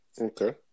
okay